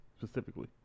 specifically